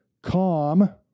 Calm